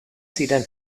ziren